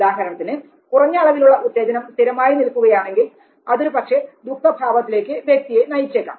ഉദാഹരണത്തിന് കുറഞ്ഞ അളവിൽ ഉള്ള ഉത്തേജനം സ്ഥിരമായി നിൽക്കുകയാണെങ്കിൽ അതൊരുപക്ഷേ ദുഃഖ ഭാവത്തിലേക്ക് വ്യക്തിയെ നയിച്ചേക്കാം